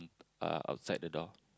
uh outside the door